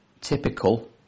typical